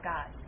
God